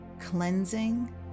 cleansing